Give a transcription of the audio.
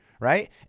Right